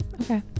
Okay